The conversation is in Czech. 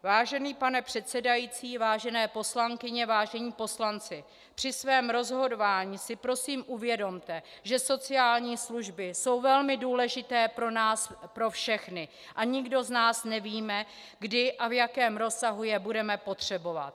Vážený pane předsedající, vážené poslankyně, vážení poslanci, při svém rozhodování si prosím uvědomte, že sociální služby jsou velmi důležité pro nás pro všechny a nikdo z nás nevíme, kdy a v jakém rozsahu je budeme potřebovat.